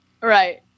Right